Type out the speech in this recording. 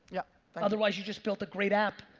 yeah but otherwise you just built a great app.